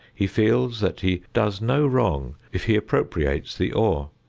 he feels that he does no wrong if he appropriates the ore.